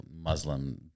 Muslim